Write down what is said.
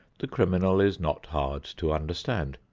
the criminal is not hard to understand.